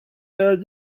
air